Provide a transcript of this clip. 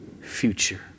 future